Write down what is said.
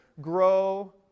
grow